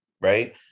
right